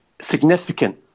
significant